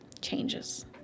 changes